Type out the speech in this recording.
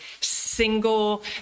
single